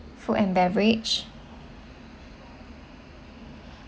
food and beverage